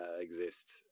exist